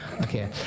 okay